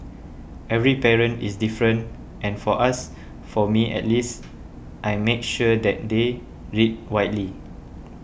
every parent is different and for us for me at least I make sure that they read widely